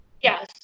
Yes